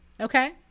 Okay